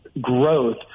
growth